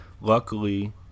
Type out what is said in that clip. Luckily